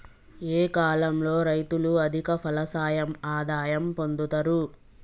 ఏ కాలం లో రైతులు అధిక ఫలసాయం ఆదాయం పొందుతరు?